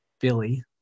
Billy